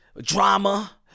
drama